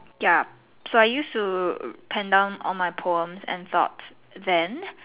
ya so I used pen all my poems and thoughts then